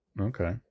Okay